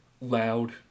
loud